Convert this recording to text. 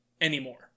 anymore